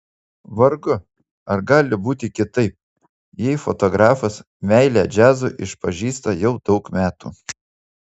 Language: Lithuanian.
vargu ar gali būti kitaip jei fotografas meilę džiazui išpažįsta jau daug metų